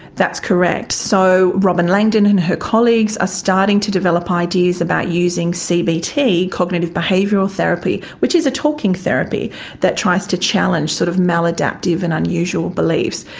that's correct. so robyn langdon and her colleagues are ah starting to develop ideas about using cbt, cognitive behavioural therapy, which is a talking therapy that tries to challenge sort of maladaptive and unusual beliefs.